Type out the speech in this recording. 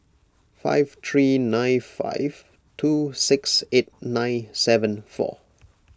five three nine five two six eight nine seven four